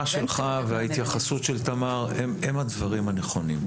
ההערה שלך וההתייחסות של תמר הם הדברים הנכונים.